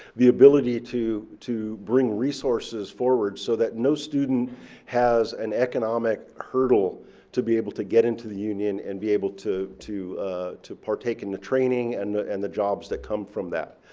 the ability to to bring resources forward so that no student has an economic hurdle to be able to get into the union and be able to to partake in the training and and the jobs that come from that.